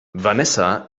vanessa